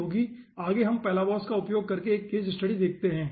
आगे हम Palabos का उपयोग करके एक केस स्टडी देखते हैं